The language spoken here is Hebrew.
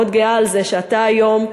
מאוד גאה על זה שאתה היום,